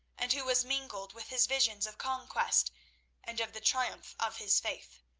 and who was mingled with his visions of conquest and of the triumph of his faith.